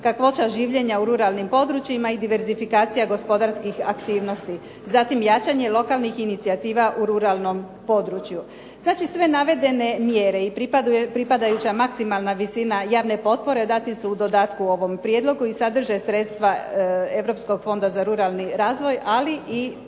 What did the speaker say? kakvoća življenja u ruralnim područjima i diverzifikacija gospodarskih aktivnosti. Zatim jačanje lokalnih inicijativa u ruralnom području. Znači, sve navedene mjere i pripadajuća maksimalna visina javne potpore dati su u dodatku ovom prijedlogu i sadrže sredstva Europskog fonda za ruralni razvoj, ali i